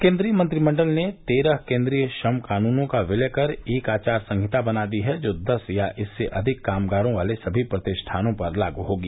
केन्द्रीय मंत्रिमंडल ने तेरह केन्द्रीय श्रम कानूनों का विलय कर एक आचार संहिता बना दी है जो दस या इससे अधिक कामगारों वाले सभी प्रतिष्ठानों पर लागू होगी